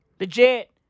Legit